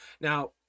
now